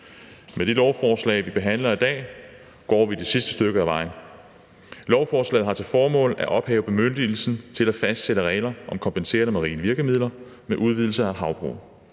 Med det lovforslag, vi behandler i dag, går vi det sidste stykke ad vejen. Lovforslaget har til formål at ophæve bemyndigelsen til at fastsætte regler om kompenserende marine virkemidler med udvidelse af havbrug.